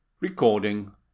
Recording